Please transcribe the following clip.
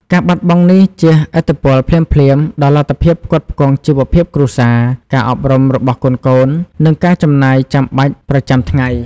ការបាត់បង់នេះជះឥទ្ធិពលភ្លាមៗដល់លទ្ធភាពផ្គត់ផ្គង់ជីវភាពគ្រួសារ ការអប់រំរបស់កូនៗ និងការចំណាយចាំបាច់ប្រចាំថ្ងៃ។